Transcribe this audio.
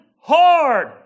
hard